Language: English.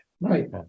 Right